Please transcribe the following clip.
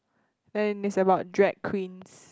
and it's about drag queens